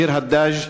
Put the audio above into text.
ביר-הדאג'